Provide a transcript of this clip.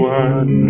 one